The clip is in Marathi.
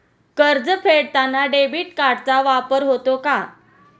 कर्ज फेडताना डेबिट कार्डचा वापर होतो का?